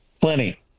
Plenty